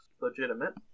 legitimate